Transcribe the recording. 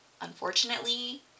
Unfortunately